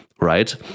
right